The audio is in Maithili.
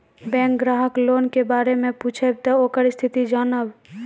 बैंक ग्राहक लोन के बारे मैं पुछेब ते ओकर स्थिति जॉनब?